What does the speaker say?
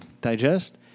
digest